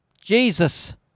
Jesus